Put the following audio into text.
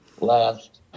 last